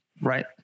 right